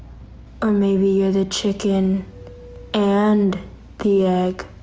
or maybe you are the chicken and the egg.